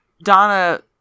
Donna